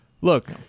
Look